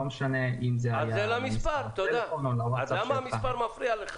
ולא משנה אם זה היה --- אז למה המספר מפריע לך?